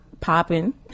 popping